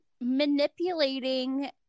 manipulating